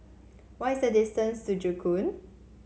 what is the distance to Joo Koon